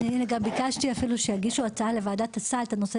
אני ביקשת גם אפילו שיגישו הצעה לוועדת הסעד בנושא